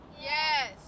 yes